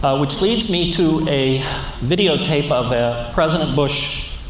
but which leads me to a videotape of a president bush